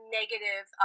negative